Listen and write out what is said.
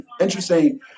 interesting